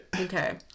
Okay